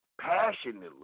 passionately